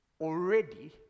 Already